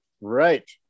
Right